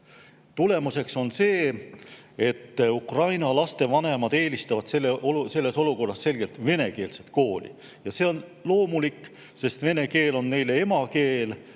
Tulemuseks on see, et Ukraina laste vanemad eelistavad selles olukorras selgelt venekeelset kooli. See on loomulik, sest vene keel on neile emakeel